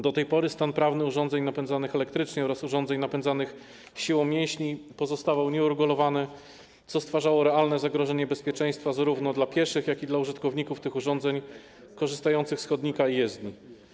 Do tej pory stan prawny urządzeń napędzanych elektrycznie oraz urządzeń napędzanych siłą mięśni pozostawał nieuregulowany, co stwarzało realne zagrożenie bezpieczeństwa zarówno pieszych, jak i użytkowników tych urządzeń korzystających z chodnika i jezdni.